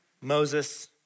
Moses